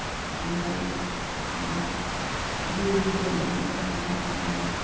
हामीलाई बिउ बिजनहरू पनि एकदमै राम्रोसँग